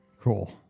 cool